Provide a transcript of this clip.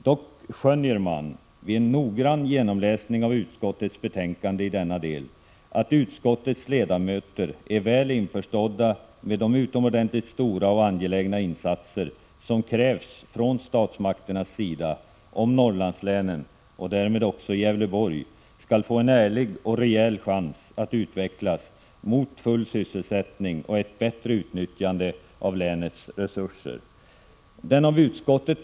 Dock skönjer man — vid en noggrann genomläsning av utskottets betänkande i denna del - att utskottets ledamöter är väl införstådda med de utomordentligt stora och angelägna insatser som krävs från statsmakternas sida om Norrlandslänen — och därmed också Gävleborgs län — skall få en ärlig och rejäl chans att utvecklas så att full sysselsättning och ett bättre utnyttjande av länets resurser uppnås. Den av utskottet.